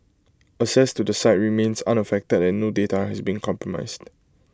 access to the site remains unaffected and no data has been compromised